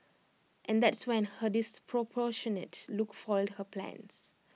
and that's when her disproportionate look foiled her plans